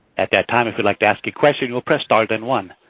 at that time if you'd like to ask a question you will press star then one.